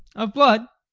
of blood?